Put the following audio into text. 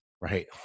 right